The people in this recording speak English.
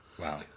Wow